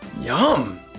Yum